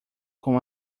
com